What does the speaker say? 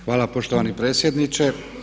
Hvala poštovani predsjedniče.